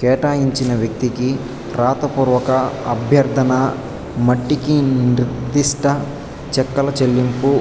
కేటాయించిన వ్యక్తికి రాతపూర్వక అభ్యర్థన మట్టికి నిర్దిష్ట చెక్కుల చెల్లింపు